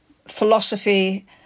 philosophy